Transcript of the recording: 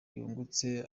yungutse